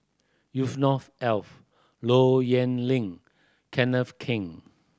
Yusnor Ef Low Yen Ling Kenneth Keng